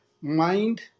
mind